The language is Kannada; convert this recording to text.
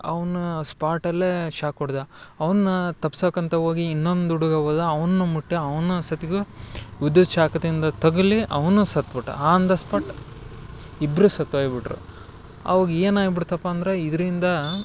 ಅವ್ನು ಸ್ಪಾಟಲ್ಲೇ ಶಾಕ್ ಹೊಡ್ದ ಅವ್ನು ತಪ್ಸಕ್ಕಂತ ಹೋಗಿ ಇನ್ನೊಂದು ಹುಡ್ಗ ಹೋದ ಅವನು ಮುಟ್ಟಿ ಅವ್ನು ಸತ್ಗು ವಿದ್ಯುತ್ ಶಾಕ್ದಿಂದ ತಗಲಿ ಅವನು ಸತ್ಬಿಟ್ಟ ಆನ್ ದ ಸ್ಪಾಟ್ ಇಬ್ಬರು ಸತ್ತು ಹೋಯ್ಬುಟ್ರು ಅವಾಗ ಏನಾಗ್ಬಿಡ್ತಪ್ಪ ಅಂದ್ರೆ ಇದರಿಂದ